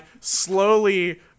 slowly